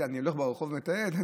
אני הולך ברחוב ומתעד?